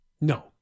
No